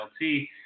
LT